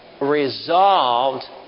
resolved